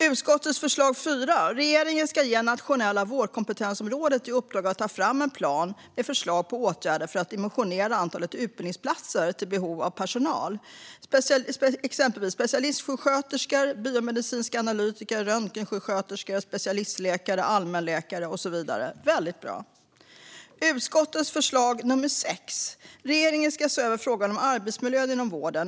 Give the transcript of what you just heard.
Utskottets förslag punkt 4: "Regeringen ska ge Nationella vårdkompetensrådet i uppdrag att ta fram en plan med förslag på åtgärder för att dimensionera antalet utbildningsplatser till behovet av personal. Behovet av specialistsjuksköterskor, biomedicinska analytiker, röntgensjuksköterskor och specialistläkare i allmänmedicin bör beaktas särskilt." Väldigt bra! Utskottets förslag punkt 6: "Regeringen ska se över frågan om arbetsmiljön inom vården.